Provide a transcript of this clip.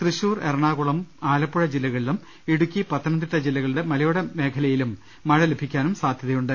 തൃശൂർ എറണാകുളം ആലപ്പുഴ ജില്ലകളിലും ഇടുക്കി പത്തനംതിട്ട ജില്ലകളുടെ മലയോർ മേഖലയിലും മഴ ലഭി ക്കാനും സാധ്യതയുണ്ട്